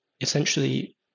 essentially